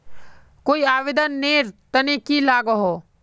कोई आवेदन नेर तने की लागोहो?